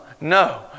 no